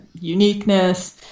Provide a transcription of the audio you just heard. uniqueness